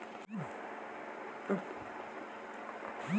ऋण चुकौती के पैसा एक महिना मे कबहू चुका सकीला जा बताईन जा?